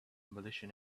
militia